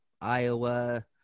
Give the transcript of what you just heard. Iowa